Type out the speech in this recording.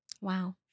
Wow